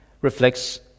reflects